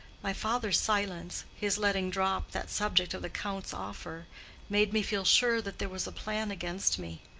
my father's silence his letting drop that subject of the count's offer made me feel sure that there was a plan against me.